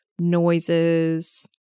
noises